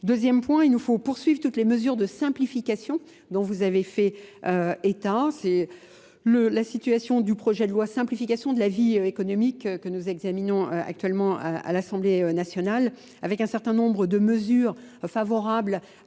Deuxième point, il nous faut poursuivre toutes les mesures de simplification dont vous avez fait état. la situation du projet de loi simplification de la vie économique que nous examinons actuellement à l'Assemblée nationale avec un certain nombre de mesures favorables